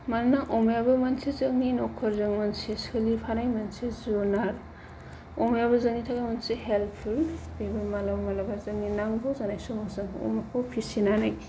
मानोना अमायाबो मोनसे जोंनि न'खरजों मोनसे सोलिफानाय मोनसे जुनार अमायाबो जोंनि थाखाय मोनसे हेल्पफुल बेबो माब्लाबा माब्लाबा जोंनि नांगौ जानाय समाव जों अमाखौ फिसिनानै